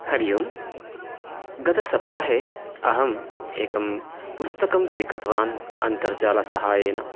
हरि ओम् गतसप्ताहे अहम् एकं पुस्तकं स्वीकृतवान् अन्तर्जालसाहाय्येन